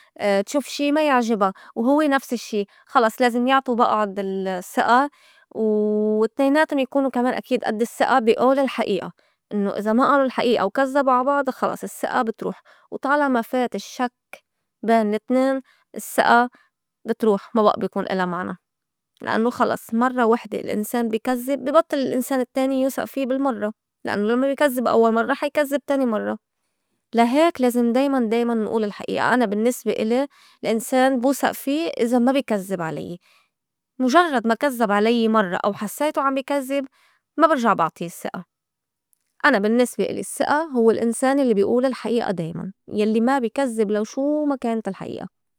تشوف شي ما يعجبا وهوّ نفس الشّي خلص لازم يعطو بعض الثقة و اتنيناتُن يكونوا كمان أكيد أد الثقة بي قول الحقيقة إنّو إذا ما آلو الحقيقة وكزّبو عا بعض خلص الثقة بتروح. وطالما فات الشّك بين التنين الثقة بتروح ما بقا بيكون إلا معنى. لأنوا خلص مرّة وحدة الإنسان بي كزّب بي بطّل الإنسان التّاني يوسئ في بالمرّة لأنوا لمّا بكزّب أوّل مرّة حا يكذّب تاني مرّة. لا هيك لازم دايماً- دايماً نقول الحقيقة أنا بالنّسبة إلي الإنسان بوسئ في إذا ما بي كزّب عل.ي مُجرّد ما كزّب علي مرّة أو حسيته عم يكذّب ما برجع بعطي الثقة، أنا بالنّسبة إلي الثقة هوّ الإنسان الّي بقول الحقيقة دايماً يلّي ما بي كزّب لو شو ما كانت الحقيقة.